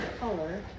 color